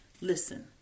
Listen